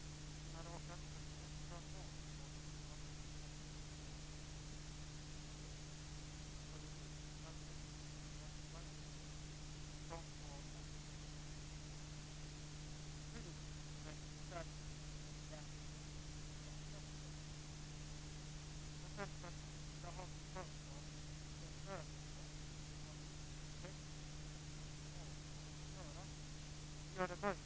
Bruksvärdessystemet måste reformeras. Jag vill fråga: Är regeringen beredd att genomföra en sådan reformering?